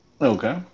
okay